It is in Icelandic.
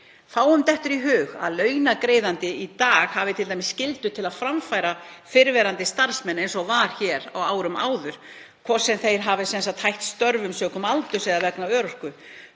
Fáum dettur í hug að launagreiðandi hafi skyldu til að framfæra fyrrverandi starfsmenn, eins og var hér á árum áður, hvort sem þeir hafa hætt störfum sökum aldurs eða vegna örorku.